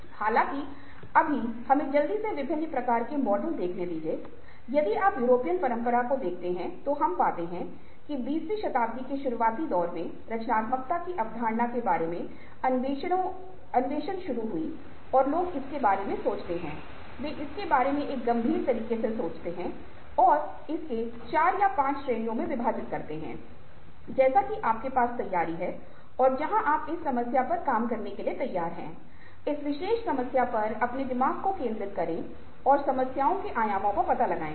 हालांकि अभी हमें जल्दी से विभिन्न प्रकार के मॉडल देखे यदि आप यूरोपीय परंपरा को देख रहे हैं तो हम पाते हैं कि २० वीं शताब्दी के शुरुआती दौर में रचनात्मकता की अवधारणा के बारे में अन्वेषणों शुरू हुई और लोग इसके बारे में सोचते हैं वे इसके बारे में एक गंभीर तरीके से सोचने लगते हैं और इसके 4 या 5 श्रेणियों में विभाजित किया गया जैसे कि आपके पास तैयारी है और जहां आप इस समस्या पर काम करने के लिए तैयार हैं इस विशेष समस्या पर अपने दिमाग को केंद्रित करें और समस्याओं के आयामों का पता लगाएं